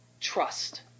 Trust